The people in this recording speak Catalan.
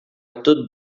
tot